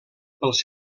pels